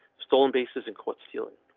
stolen bases in caught stealing.